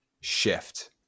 shift